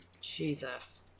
jesus